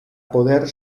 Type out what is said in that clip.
poder